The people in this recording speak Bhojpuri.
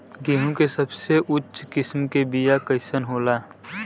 गेहूँ के सबसे उच्च किस्म के बीया कैसन होला?